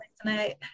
tonight